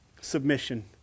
submission